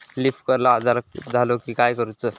Leaf curl आजार झालो की काय करूच?